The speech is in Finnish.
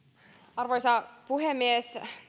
arvoisa puhemies